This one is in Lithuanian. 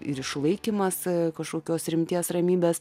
ir išlaikymas kažkokios rimties ramybės